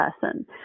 person